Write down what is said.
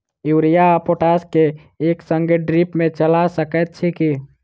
Urea आ potash केँ एक संगे ड्रिप मे चला सकैत छी की?